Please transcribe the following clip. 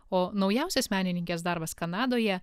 o naujausias menininkės darbas kanadoje